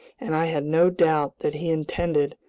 and i had no doubt that he intended,